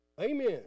Amen